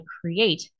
create